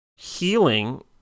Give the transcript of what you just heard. Healing